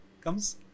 comes